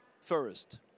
first